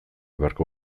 beharko